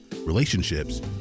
relationships